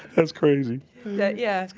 that's crazy yeah. yeah